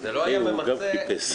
זה לא היה ממצה כי